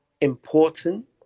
important